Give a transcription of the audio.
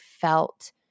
felt